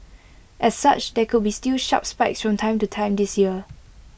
as such there could be still sharp spikes from time to time this year